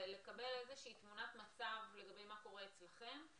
לקבל איזושהי תמונת מצב על מה שקורה אצלכם.